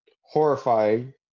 horrifying